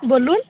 বলুন